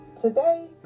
today